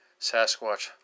Sasquatch